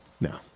No